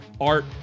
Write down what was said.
Art